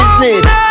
business